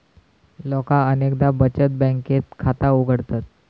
लोका अनेकदा बचत बँकेत खाता उघडतत